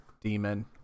Demon